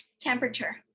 temperature